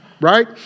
right